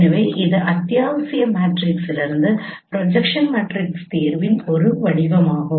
எனவே இது அத்தியாவசிய மேட்ரிக்ஸிலிருந்து ப்ரொஜெக்ஷன் மேட்ரிக்ஸின் தீர்வின் ஒரு வடிவமாகும்